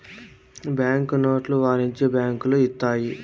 bank నోట్లు వాణిజ్య బ్యాంకులు ఇత్తాయి